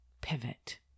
Pivot